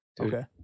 Okay